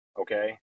Okay